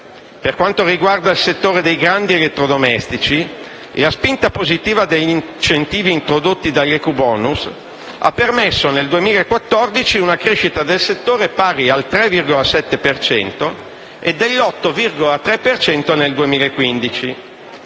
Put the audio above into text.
Per quanto riguarda il settore dei grandi elettrodomestici, la spinta positiva degli incentivi introdotti dall'ecobonus ha permesso, nel 2014, una crescita del settore pari al 3,7 per cento e dell'8,3